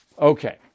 Okay